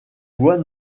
voies